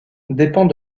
dépend